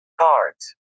Cards